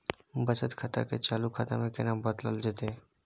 बचत खाता के चालू खाता में केना बदलल जेतै?